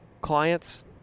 clients